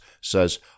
says